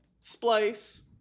Splice